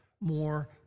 more